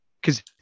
because-